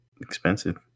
expensive